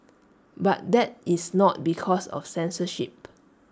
but that is not because of censorship